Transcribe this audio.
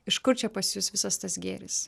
iš kur čia pas jus visas tas gėris